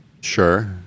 Sure